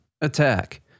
attack